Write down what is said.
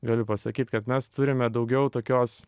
galiu pasakyt kad mes turime daugiau tokios